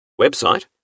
Website